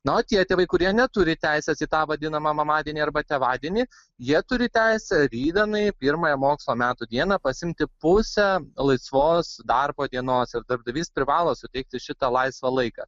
na o tie tėvai kurie neturi teisės į tą vadinamą mamadienį arba tėvadienį jie turi teisę rytdienai pirmąją mokslo metų dieną pasiimti pusę laisvos darbo dienos ir darbdavys privalo suteikti šitą laisvą laiką